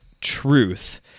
truth